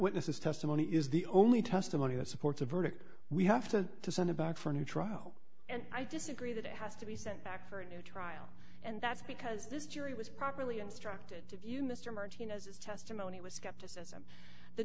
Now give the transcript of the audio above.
witness's testimony is the only testimony that supports a verdict we have to send it back for a new trial and i disagree that it has to be sent back for a new trial and that's because this jury was properly instructed to view mr martinez's testimony was skepticism the